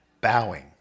Bowing